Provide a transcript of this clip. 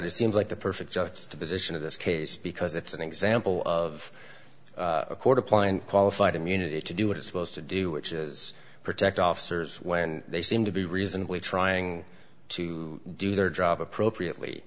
it seems like the perfect juxtaposition of this case because it's an example of a court applying qualified immunity to do what it's supposed to do which is protect officers when they seem to be reasonably trying to do their job appropriately